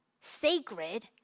sacred